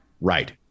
Right